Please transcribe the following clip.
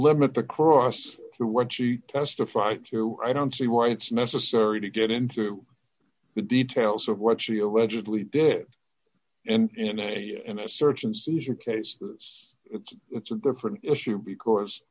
limit the cross to what she testified to i don't see why it's necessary to get into the details of what she allegedly dead and in a in a search and seizure case that's it's a different issue because